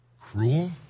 cruel